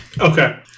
Okay